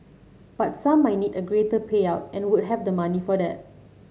but some might need a greater payout and would have the money for that